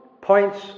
points